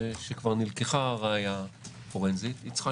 כשכבר נלקחה הראיה הפורנזית היא צריכה